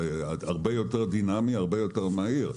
זה הרבה יותר דינמי, הרבה יותר מהיר.